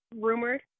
rumored